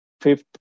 fifth